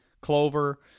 clover